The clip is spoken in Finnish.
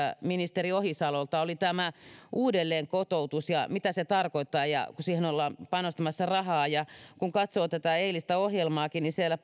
ministeri ohisalolta oli uudelleenkotoutus ja se mitä se tarkoittaa kun siihen ollaan panostamassa rahaa kun katsoo eilistä ohjelmaakin niin siellä